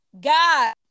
God